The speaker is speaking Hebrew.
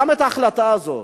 גם את ההחלטה הזאת,